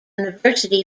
university